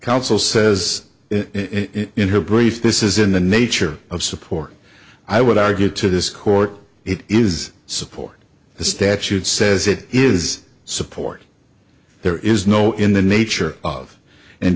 counsel says in her brief this is in the nature of support i would argue to this court it is support the statute says it is support there is no in the nature of and